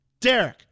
Derek